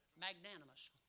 magnanimous